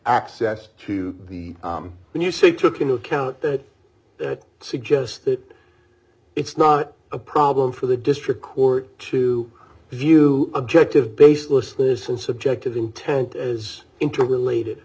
access to the when you say took into account that it suggests that it's not a problem for the district court to review objective baselessly this is subjective intent is into related